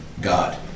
God